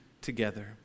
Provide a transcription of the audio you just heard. together